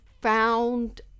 found